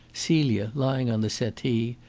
celia, lying on the settee,